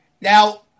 Now